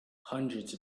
hundreds